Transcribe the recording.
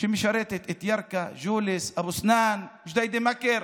שמשרתת את ירכא, ג'וליס, אבו סנאן, ג'דיידה-מכר,